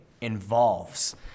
involves